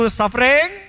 suffering